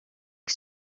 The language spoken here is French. que